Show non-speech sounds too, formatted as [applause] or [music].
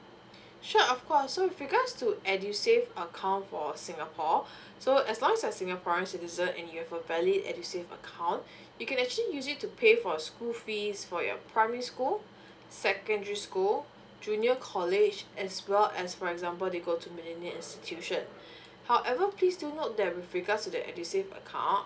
sure of course so with regards to edusave account for singapore [breath] so as long as you're singaporean citizen and you have a valid edusave account you can actually use it to pay for your school fees for your primary school secondary school junior college as well as for example they go to institution however please do note that with regards to the edusave account